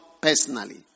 personally